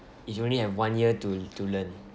if you only have one year to to learn